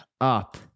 up